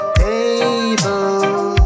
table